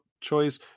choice